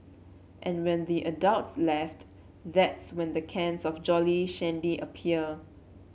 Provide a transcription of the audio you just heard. and when the adults left that's when the cans of Jolly Shandy appear